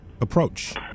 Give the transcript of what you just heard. approach